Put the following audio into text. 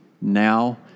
now